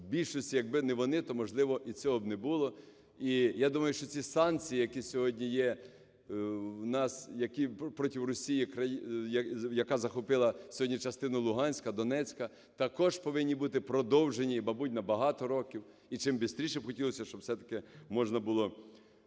більшості, якби не вони, то, можливо, і цього б не було. І я думаю, що ці санкції, які сьогодні є в нас, які… проти Росії, яка захопила сьогодні частину Луганська, Донецька, також повинні бути продовжені і, мабуть, набагато років. І чим бистріше б хотілося, щоб все-таки можна було